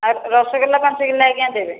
ରସଗୋଲା ପାଞ୍ଚ କିଲୋ ଆଜ୍ଞା ଦେବେ